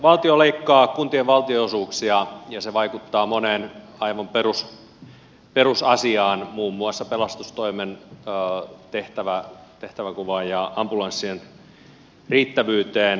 valtio leikkaa kuntien valtionosuuksia ja se vaikuttaa moneen aivan perusasiaan muun muassa pelastustoimen tehtäväkuvaan ja ambulanssien riittävyyteen